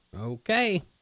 Okay